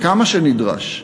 כמה שנדרש.